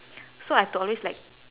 so I have to always like